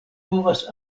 povas